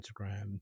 Instagram